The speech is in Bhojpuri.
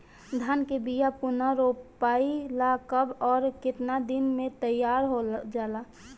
धान के बिया पुनः रोपाई ला कब और केतना दिन में तैयार होजाला?